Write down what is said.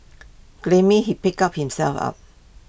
grimly he picked up himself up